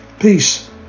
Peace